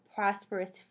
prosperous